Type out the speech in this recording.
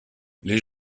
les